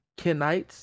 Kenites